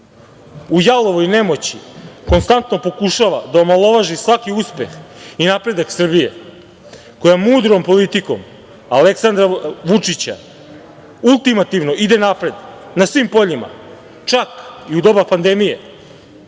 U jalovoj nemoći konstantno pokušava da omalovaži svaki uspeh i napredak Srbije koja mudrom politikom Aleksandra Vučića ultimativno ide napred na svim poljima, čak i u doba pandemije.